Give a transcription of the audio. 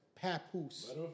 papoose